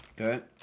Okay